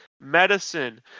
medicine